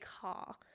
car